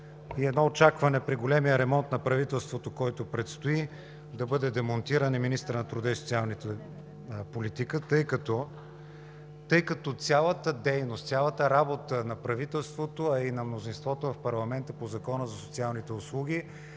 и едно очакване – при големия ремонт на правителството, който предстои, да бъде демонтиран и министърът на труда и социалната политика. Тъй като цялата дейност, цялата работа на правителството, а и на мнозинството в парламента по Закона за социалните услуги,